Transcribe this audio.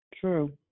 true